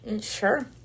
Sure